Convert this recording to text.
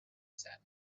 said